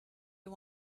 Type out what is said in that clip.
you